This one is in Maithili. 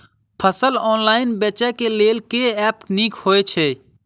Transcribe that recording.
फसल ऑनलाइन बेचै केँ लेल केँ ऐप नीक होइ छै?